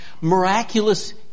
miraculous